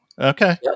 okay